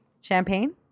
Champagne